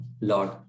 Lord